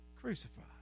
crucified